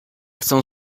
chcą